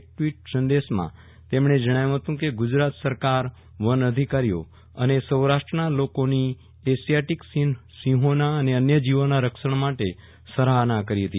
એક ટ્વીટ સંદેશમાં તેમણે જણાવ્યુ હતું કે ગુજરાત સરકાર વન અધિકારીઓ અને સૌરાષ્ટ્રના લોકોની એસિયાટીક સિંહોના અને અન્ય જીવોના રક્ષણ માટે સરાહના કરી હતી